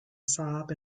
saab